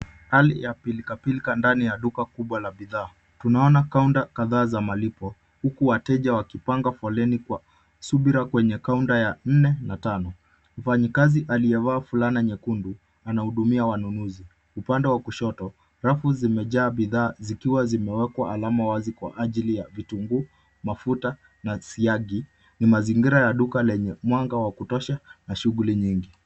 Hali ya pilkapilka ndani ya duka kubwa la bidhaa. Tunaona kaunta kadhaa za malipo huku wateja wakipanga foleni kwa subira kwenye kaunta ya nne na tano. Mfanyikazi aliyevaa fulana nyekundu anahudumia wanunuzi. Upande wa kushoto rafu zimejaa bidhaa zikiwa zimewekwa alama wazi kwa ajili ya vitunguu, mafuta na siagi. Ni mazingira ya duka yenye mwanga wa kutosha na shughuli nyingi.